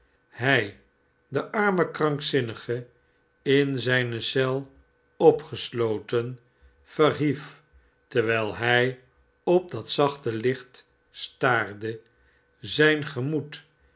hij de arme krankzinnige in viyne eel opgesloten verhief terwijl hij op dat zachte licht staarde zijn gemoed